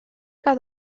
que